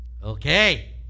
Okay